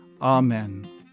Amen